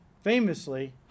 famously